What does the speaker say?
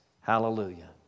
Hallelujah